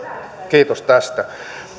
kiitos tästä